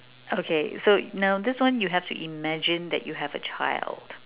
okay so now this one you have to imagine that you have a child